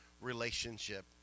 relationship